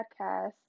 podcast